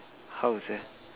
how sia